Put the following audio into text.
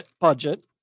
budget